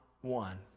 one